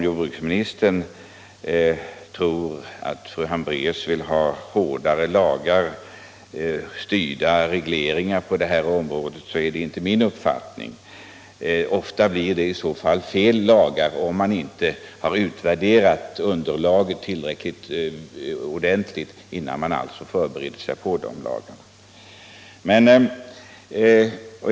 Jordbruksministern trodde att fru Hambraeus ville ha en hårdare lagstiftning och styrda regleringar på detta område. Jag delar inte uppfattningen om en skärpt lagstiftning i detta fall. Ofta blir det i så fall felaktiga lagar, om man nämligen inte har utvärderat underlaget tillräckligt ordentligt när man förbereder dessa lagar.